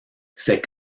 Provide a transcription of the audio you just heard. ses